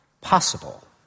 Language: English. possible